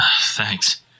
Thanks